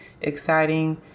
exciting